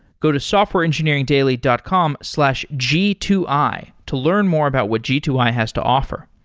go to softwareengineeringdaily dot com slash g two i to learn more about what g two i has to offer.